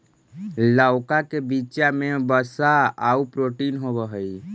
लउका के बीचा में वसा आउ प्रोटीन होब हई